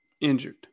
injured